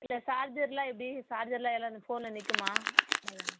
இதுல சார்ஜரெலாம் எப்படி சார்ஜரெலாம் எல்லாம் ஃபோனில் நிற்குமா